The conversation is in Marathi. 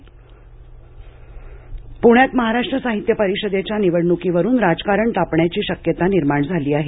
मसाप निवडणूक वाद पुण्यात महाराष्ट्र साहित्य परिषदेच्या निवडणुकीवरून राजकारण तापण्याची शक्यता निर्माण झाली आहे